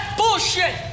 bullshit